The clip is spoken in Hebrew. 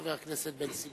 חבר הכנסת בן-סימון.